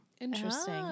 Interesting